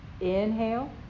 Inhale